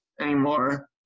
anymore